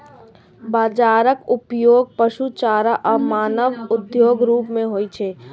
बाजराक उपयोग पशु चारा आ मानव खाद्यक रूप मे होइ छै